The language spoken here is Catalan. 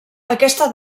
aquesta